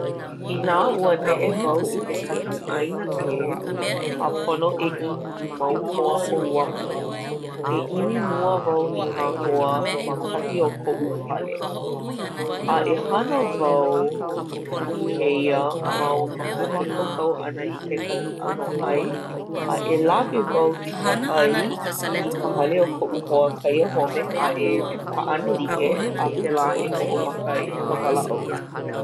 Inā ua neʻe wau i kekahi ʻāina ʻē a pono e ʻimi i mau hoa hou aku, e ʻimi mua wau i nā hoa ma kahi o koʻu hale. A e hana wau i kēia ma o ka hoʻomākaukau ʻana i kekahi ʻano ʻai. A e lawe wau i ka ʻai i ka hale o koʻu hoa kaiahome a e kaʻanalike a pēlā e hoʻomaka ai ka walaʻau ʻana.